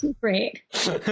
Great